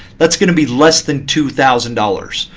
that's going to be less than two thousand dollars.